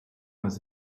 was